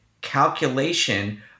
calculation